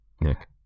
nick